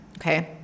Okay